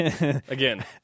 Again